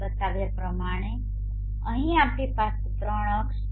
બતાવ્યા પ્રમાણે અહીં આપણી પાસે આ 3 અક્ષો છે